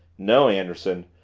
no, anderson,